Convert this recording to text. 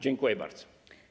Dziękuję bardzo.